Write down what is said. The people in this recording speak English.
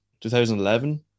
2011